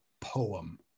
poem